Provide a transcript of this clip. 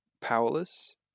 powerless